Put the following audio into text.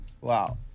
Wow